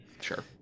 Sure